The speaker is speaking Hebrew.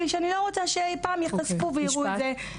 שאני לא רוצה שאי פעם ייחשפו ויראו את זה.